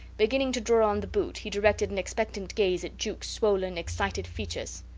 beginning to draw on the boot, he directed an expectant gaze at jukes swollen, excited features.